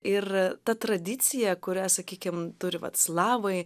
ir ta tradicija kurią sakykim turi vat slavai